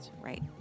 Right